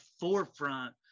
forefront